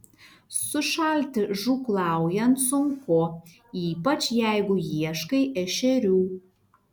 sušalti žūklaujant sunku ypač jeigu ieškai ešerių